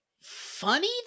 funny